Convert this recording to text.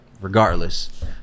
regardless